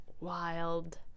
wild